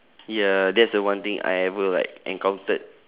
ya that's the one thing I ever like encountered